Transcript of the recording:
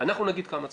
אנחנו נגיד כמה צריך.